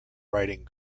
writing